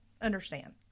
understand